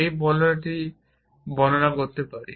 এই অবস্থাটি বর্ণনা করতে পারি